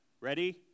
Ready